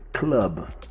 Club